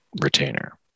retainer